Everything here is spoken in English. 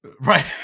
Right